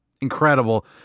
incredible